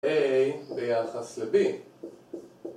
A ביחס ל-B